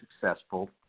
successful